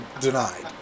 denied